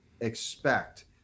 expect